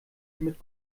mit